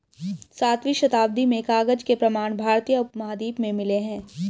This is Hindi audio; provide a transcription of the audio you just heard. सातवीं शताब्दी में कागज के प्रमाण भारतीय उपमहाद्वीप में मिले हैं